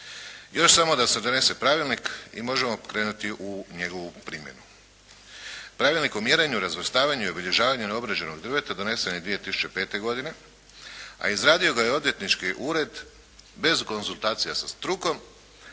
Još samo da se donese pravilnik i možemo krenuti u njegovu primjenu. Pravilnik o mjerenju, razvrstavanju i obilježavanju neobrađenog drveta donesen je 2005. godine a izradio ga je Odvjetnički ured bez konzultacija sa strukom